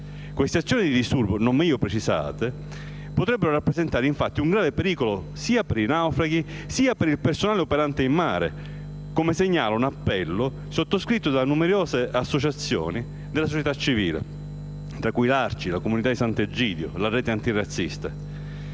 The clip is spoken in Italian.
Queste azioni di disturbo non meglio precisate potrebbero rappresentare infatti un grave pericolo sia per i naufraghi sia per il personale operante in mare, come segnala un appello sottoscritto da numerose associazioni della società civile, tra cui l'ARCI, la Comunità di Sant'Egidio e la Rete antirazzista.